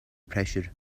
pressure